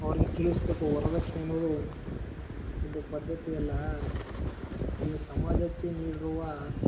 ಅವರಿಗೆ ತಿಳಿಸಬೇಕು ವರ್ದಕ್ಷಿಣೆ ಅನ್ನೋದು ಒಂದು ಪದ್ಧತಿ ಅಲ್ಲ ಇದು ಸಮಾಜಕ್ಕೆ ನೀಡುವ